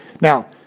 Now